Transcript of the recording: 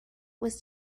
was